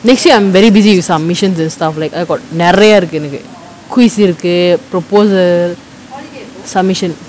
next ya I'm very busy with submissions and stuff like I got நெறய இருக்கு எனக்கு:neraya irukku enakku quiz இருக்கு:irukku proposal submission